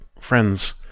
friends